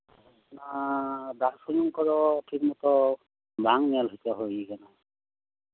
ᱮᱸ ᱫᱟᱜ ᱥᱩᱱᱩᱢ ᱠᱚᱫᱚ ᱴᱷᱤᱠ ᱢᱚᱛᱚ ᱵᱟᱝ ᱧᱮᱞ ᱦᱚᱪᱚ ᱦᱩᱭ ᱟᱠᱟᱱᱟ